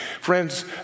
friends